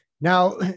Now